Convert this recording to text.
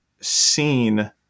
seen